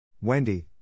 Wendy